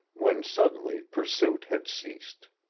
when suddenly pursuit had ceased.